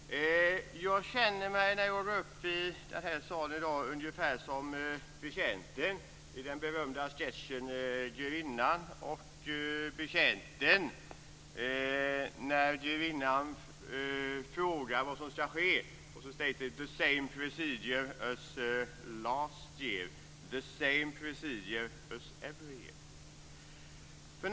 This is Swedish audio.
Fru talman! Jag känner mig när jag går upp i den här salen i dag ungefär som betjänten i den berömda sketchen Grevinnan och betjänten, som när grevinnan frågar vad som skall ske svarar: "The same procedure as last year - the same procedure as every year."